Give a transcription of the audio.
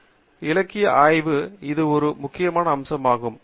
எனவே இலக்கிய ஆய்வு இது ஒரு முக்கியமான அம்சமாகும்